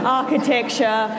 architecture